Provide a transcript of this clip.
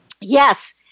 yes